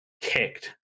kicked